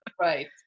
Right